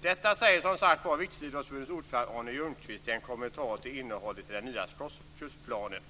Detta säger som sagt var Riksidrottsförbundets ordförande Arne Ljungqvist i en kommentar till innehållet i den nya kursplanen.